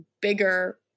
bigger